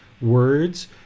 words